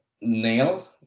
nail